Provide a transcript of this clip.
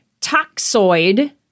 toxoid